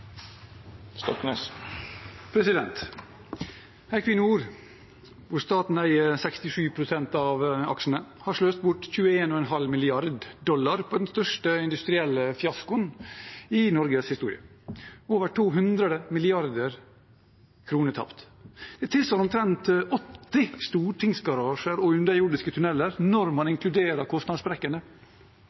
hvor staten eier 67 pst. av aksjene, har sløst bort 21,5 mrd. dollar på den største industrielle fiaskoen i Norges historie. Over 200 mrd. kr er tapt. Det tilsvarer omtrent 80 stortingsgarasjer og underjordiske tunneler når en inkluderer kostnadssprekkene.